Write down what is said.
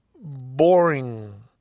boring